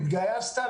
התגייסת,